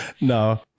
No